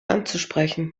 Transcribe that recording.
anzusprechen